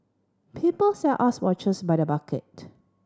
people sell us watches by the bucket